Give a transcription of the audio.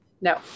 No